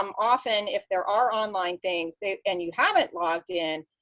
um often, if there are online things and you haven't logged in,